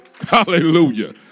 Hallelujah